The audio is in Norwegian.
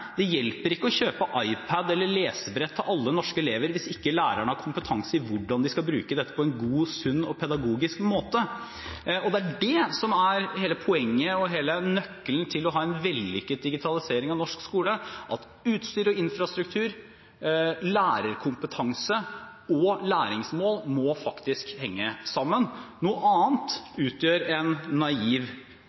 Det hjelper ikke å kjøpe iPad eller lesebrett til alle norske elever hvis ikke lærerne har kompetanse i hvordan de skal bruke dette på en god, sunn og pedagogisk måte. Det som er hele poenget og hele nøkkelen til en vellykket digitalisering av norsk skole, er at utstyr, infrastruktur, lærerkompetanse og læringsmål faktisk må henge sammen. Noe annet utgjør en naiv